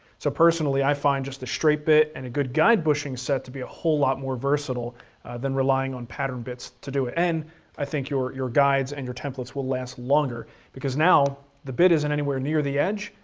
so personally i find just the straight bit and a good guide bushing set to be a whole lot more versatile than relying on pattern bits to do it. and i think your your guides and your templates will last longer because now the bit isn't anywhere near the edge.